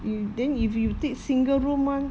you then if you take single room [one]